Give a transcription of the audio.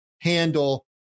handle